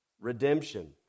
Redemption